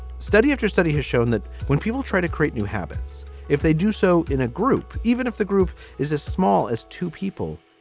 study after study has shown that when people try to create new habits, if they do so in a group, even if the group is as small as two people,